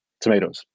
tomatoes